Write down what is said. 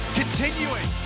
continuing